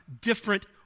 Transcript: different